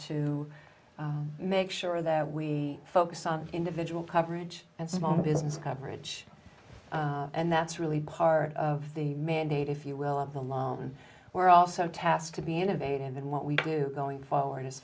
to make sure that we focus on individual coverage and small business coverage and that's really part of the mandate if you will of them on where also tasks to be innovative and what we do going forward as